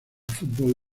fútbol